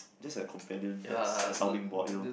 just like companion that's a sounding board you know